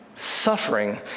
Suffering